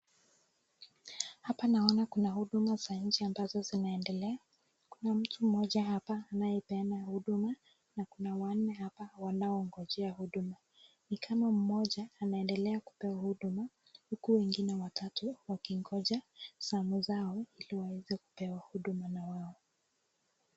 Hapa naona kuna huduma za nchi ambazo zinaendelea, kuna mtu mmoja anayepeana huduma na kuna wanne hapa wangaojea huduma. Nikama mmoja anaendelea kupewa huduma huku wengine watatu wakingoja zamu zao ili waweze kupewa huduma na wao.